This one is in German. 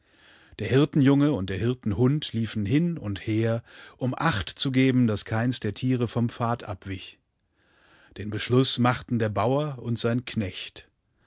der hirtenjunge und der hirtenhund liefen hin und her um acht zu geben daß keins der tiere vom pfad abwich den beschluß machten der bauer und sein knecht